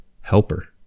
helper